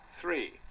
three